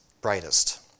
brightest